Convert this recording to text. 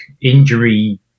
injury